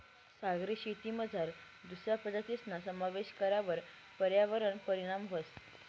सागरी शेतीमझार दुसरा प्रजातीसना समावेश करावर पर्यावरणवर परीणाम व्हस